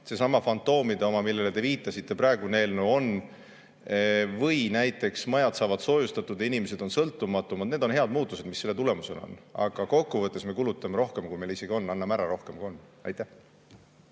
seesama fantoomide oma, millele te viitasite, praegune eelnõu on. Või näiteks majad saavad soojustatud ja inimesed on sõltumatumad, need on head muutused selle tulemusena, aga kokku võttes me kulutame isegi rohkem, kui meil on, anname ära rohkem, kui on. Rohkem